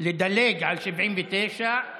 לדלג על 79,